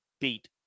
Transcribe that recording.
beat